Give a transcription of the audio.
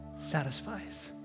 satisfies